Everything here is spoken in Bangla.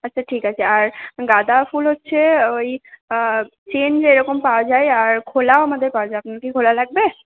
আচ্ছা ঠিক আছে আর গাঁদাফুল হচ্ছে ওই চেন যেরকম পাওয়া যায় আর খোলাও আমাদের পাওয়া যায় আপনার কি খোলা লাগবে